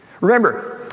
Remember